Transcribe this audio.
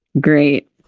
Great